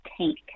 tank